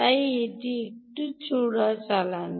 তাই এটি একটু চোরাচালান